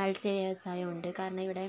മൽസ്യ വ്യവസായമുണ്ട് കാരണം ഇവിടെ